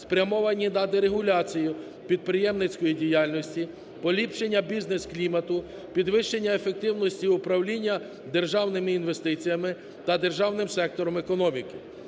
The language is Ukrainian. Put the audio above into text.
спрямовані на дерегуляцію підприємницької діяльності, поліпшення бізнес-клімату, підвищення ефективності управління державними інвестиціями та державним сектором економіки.